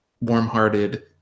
warm-hearted